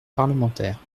parlementaires